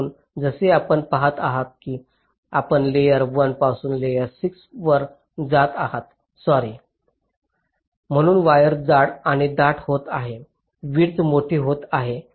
म्हणून जसे आपण पहात आहात की आपण लेयर 1 पासून लेयर 6 वर जात आहात सॉरी म्हणून वायर्स जाड आणि दाट होत आहेत विड्थ मोठी होत आहे